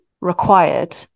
required